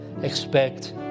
expect